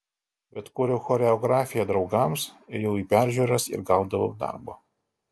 bet kūriau choreografiją draugams ėjau į peržiūras ir gaudavau darbo